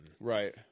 right